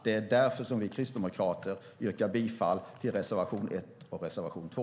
Det är därför som vi kristdemokrater yrkar bifall till reservationerna 1 och 2.